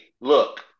look